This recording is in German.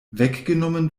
weggenommen